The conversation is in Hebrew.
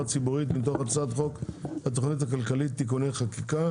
ציבורית) מתוך הצעת חוק התכנית הכלכלית (תיקוני חקיקה